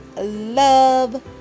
love